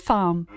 Farm